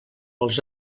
els